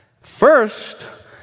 First